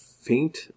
faint